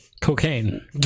Cocaine